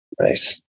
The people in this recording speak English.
Nice